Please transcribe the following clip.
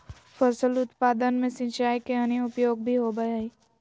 फसल उत्पादन में सिंचाई के अन्य उपयोग भी होबय हइ